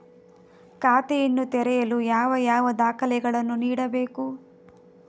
ಖಾತೆಯನ್ನು ತೆರೆಯಲು ಯಾವ ಯಾವ ದಾಖಲೆಗಳನ್ನು ನೀಡಬೇಕು?